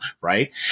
right